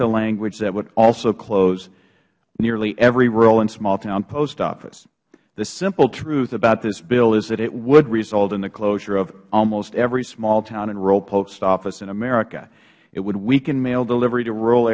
the language that would also close nearly every rural and small town post office the simple truth about this bill is that it would result in the closure of almost every small town and rural post office in america it would weaken mail delivery to rural